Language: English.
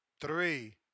three